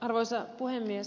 arvoisa puhemies